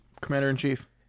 Commander-in-Chief